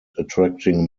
attracting